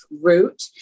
route